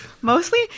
mostly